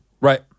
Right